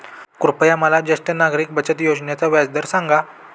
कृपया मला ज्येष्ठ नागरिक बचत योजनेचा व्याजदर सांगा